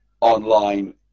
online